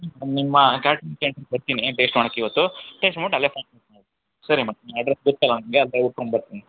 ನಿಮ್ಮ ಕ್ಯಾಟರಿಂಗ್ ಕ್ಯಾಂಟೀನಿಗೆ ಬರ್ತೀನಿ ಟೇಸ್ಟ್ ನೋಡಕೆ ಇವತ್ತು ಟೇಸ್ಟ್ ನೋಡಿಬಿಟ್ಟು ಅಲ್ಲೇ ಸರಿ ಮೇಡಮ್ ಅಡ್ರೆಸ್ ಗೊತ್ತಲ್ಲ ನನಗೆ ಅಲ್ಲೇ ಹುಡ್ಕೊಂಡ್ ಬರ್ತೀನಿ